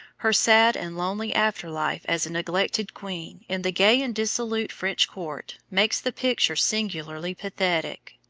her sad and lonely after-life as a neglected queen, in the gay and dissolute french court, makes the picture singularly pathetic.